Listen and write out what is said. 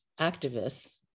activists